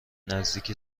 نزدیک